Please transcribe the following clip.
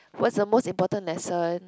what's the most important lesson